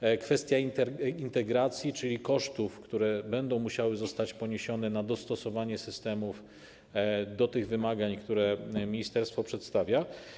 To też kwestia integracji, czyli kosztów, które będą musiały zostać poniesione na dostosowanie systemów do tych wymagań, które ministerstwo przedstawia.